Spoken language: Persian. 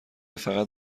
فقط